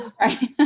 right